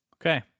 Okay